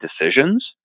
decisions